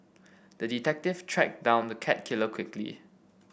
the detective tracked down the cat killer quickly